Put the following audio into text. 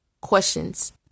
questions